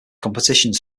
competitions